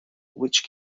which